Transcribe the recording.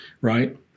right